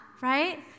right